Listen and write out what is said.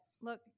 look